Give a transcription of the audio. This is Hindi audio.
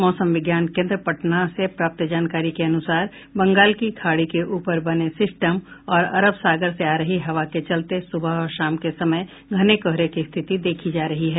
मौसम विज्ञान केन्द्र पटना से प्राप्त जानकारी के अनुसार बंगाल की खाड़ी के ऊपर बने सिस्टम और अरब सागर से आ रही हवा के चलते सुबह और शाम के समय घने कोहरे की स्थिति देखी जा रही है